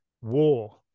war